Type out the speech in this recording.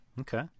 Okay